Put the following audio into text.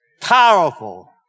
Powerful